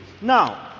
Now